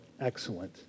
excellent